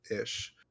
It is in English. ish